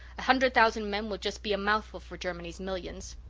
a hundred thousand men will just be a mouthful for germany's millions.